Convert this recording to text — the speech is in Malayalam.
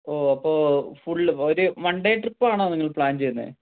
ഓ അപ്പോൾ ഫുൾ ഒരു വൺ ഡേ ട്രിപ്പാണോ നിങ്ങൾ പ്ലാൻ ചെയ്യുന്നത്